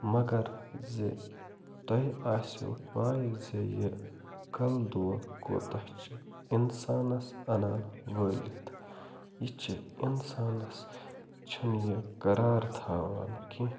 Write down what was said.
مگر زِ تۄہہِ آسیو پَے زِ یہِ کَلہٕ دود کوٗتاہ چھُ اِنسانَس اَنان وٲلِتھ یہِ چھِ اِنسانَس چھِنہٕ یہِ قرار تھاوان کیٚنٛہہ